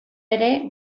ere